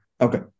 Okay